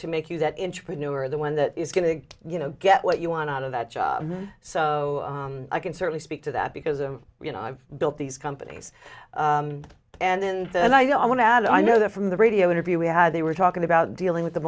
to make you that intrapreneur the one that is going to you know get what you want out of that job so i can certainly speak to that because i'm you know i've built these companies and i you know i want to add i know that from the radio interview we had they were talking about dealing with the